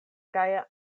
gaja